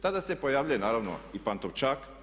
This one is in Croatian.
Tada se pojavljuje naravno i Pantovčak.